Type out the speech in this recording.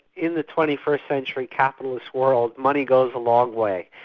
in the twenty first century capitalist world, money goes a long way,